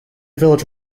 village